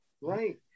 Right